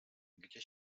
gdzie